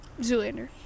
Zoolander